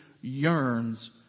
yearns